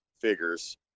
figures